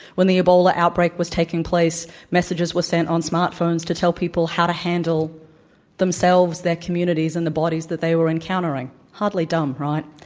when the ebola outbreak was taking place, messages were sent on smartphones to tell people how to handle themselves, their communities, and the bodies that they were encountering. hardly dumb, right?